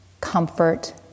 comfort